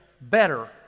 better